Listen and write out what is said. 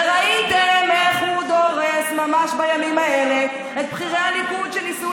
וראיתם איך הוא דורס ממש בימים האלה את בכירי הליכוד שניסו